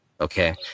okay